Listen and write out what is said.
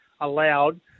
allowed